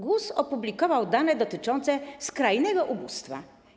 GUS opublikował dane dotyczące skrajnego ubóstwa.